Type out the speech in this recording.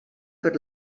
per